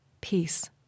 Peace